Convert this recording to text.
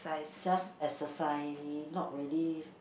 just exercise not really